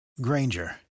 Granger